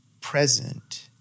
present